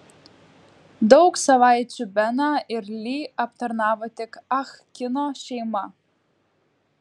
daug savaičių beną ir li aptarnavo tik ah kino šeima